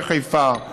בחיפה,